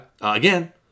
again